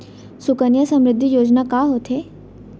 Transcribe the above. सुकन्या समृद्धि योजना का होथे